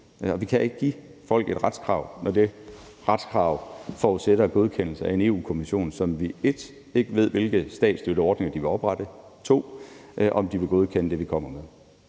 Vi kan ikke give folk et retskrav, når det retskrav forudsætter godkendelse af en Europa-Kommission og vi 1) ikke ved, hvilke statsstøtteordninger de vil oprette, og 2) om de vil godkende det, vi kommer med.